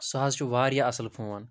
سُہ حظ چھُ واریاہ اَصٕل فون